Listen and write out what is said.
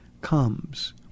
comes